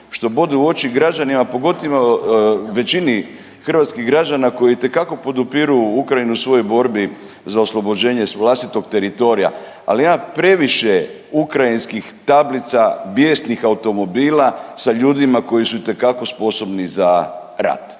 što bode u oči građanima pogotovo većini hrvatskih građana koji itekako podupiru Ukrajinu u svojoj borbi za oslobođenje vlastitog teritorija, ali ja previše ukrajinskih tablica bijesnih automobila sa ljudima koji su itekako sposobni za rat.